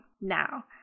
now